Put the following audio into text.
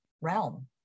realm